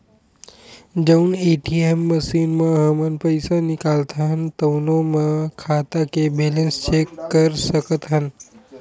जउन ATM machine म हमन पइसा निकालथन तउनो म खाता के बेलेंस चेक कर सकत हन